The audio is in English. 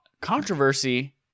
controversy